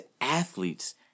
athletes